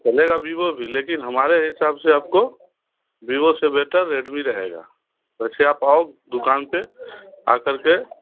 चलेगा विवो भी लेकिन हमारे हिसाब से आपको विवो से बेहतर रेडमी रहेगा वैसे आप आओ दुकान पर आ कर के